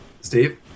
Steve